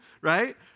Right